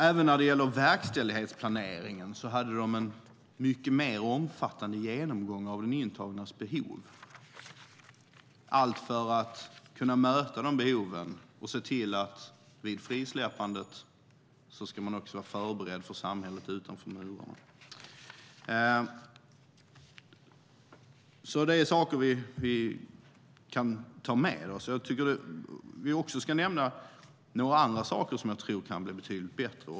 Även när det gäller verkställighetsplaneringen hade de en mycket mer omfattande genomgång av de intagnas behov, allt för att kunna möta de behoven och se till att den enskilda vid frisläppandet ska vara förberedd för samhället utanför murarna. Det är saker som vi kan ta med oss. Jag vill också nämna några andra punkter där jag tror att vi kan bli betydligt bättre.